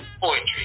poetry